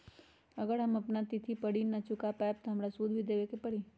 अगर हम अपना तिथि पर ऋण न चुका पायेबे त हमरा सूद भी देबे के परि?